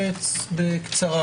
בבקשה.